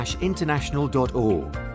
international.org